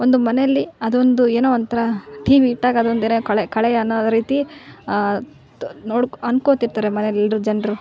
ಒಂದು ಮನೇಲಿ ಅದೊಂದು ಏನೋ ಒಂಥರ ಠೀವಿ ಇಟ್ಟಾಗ ಅದೊಂಥರ ಕಳೆ ಕಳೆ ಅನ್ನೋ ರೀತಿ ನೋಡ್ಕೋ ಅನ್ಕೋತಿರ್ತಾರೆ ಮನೇಲಿ ಎಲ್ಲರು ಜನರು